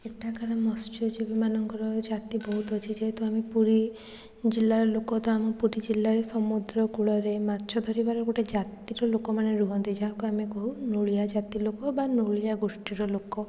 ଏଠାକାର ମତ୍ସ୍ୟଜୀବୀମାନଙ୍କର ଜାତି ବହୁତ ଅଛି ଯେହେତୁ ଆମେ ପୁରୀ ଜିଲ୍ଲାର ଲୋକ ତ ଆମ ପୁରୀ ଜିଲ୍ଲାରେ ସମୁଦ୍ର କୂଳରେ ମାଛ ଧରିବାର ଗୋଟେ ଜାତିର ଲୋକମାନେ ରୁହନ୍ତି ଯାହାକୁ ଆମେ କହୁ ନୋଳିଆ ଜାତି ଲୋକ ବା ନୋଳିଆ ଗୋଷ୍ଠୀର ଲୋକ